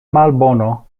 malbono